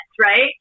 right